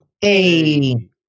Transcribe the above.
Hey